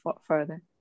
further